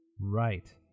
Right